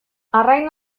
arrain